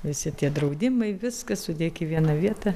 visi tie draudimai viskas sudėk į vieną vietą